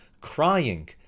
crying